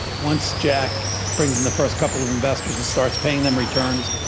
once jack brings in the first couple of investors and starts paying them returns,